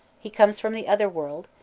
he comes from the otherworld,